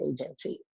Agency